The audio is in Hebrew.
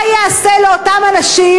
מה ייעשה לאותם אנשים,